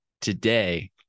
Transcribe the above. today